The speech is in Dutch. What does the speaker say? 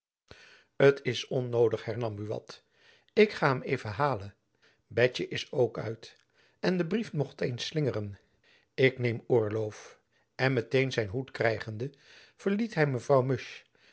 t is onnoodig hernam buat ik ga hem even halen betjen is ook uit en de brief mocht eens slingeren k neem oorlof en met-een zijn hoed krijgende verliet hy mevrouw musch